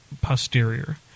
posterior